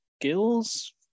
skills